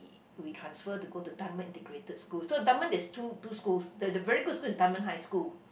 we transfer to go to Dunman-Integrated-School so Dunman there's two two schools the the very good school is Dunman-High-School